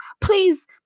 please